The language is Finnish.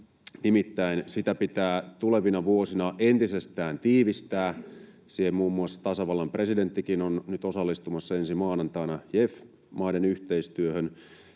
nimittäin sitä pitää tulevina vuosina entisestään tiivistää. Muun muassa tasavallan presidenttikin on nyt osallistumassa ensi maanantaina JEF-maiden yhteistyöhön.